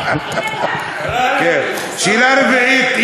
שאלה רביעית,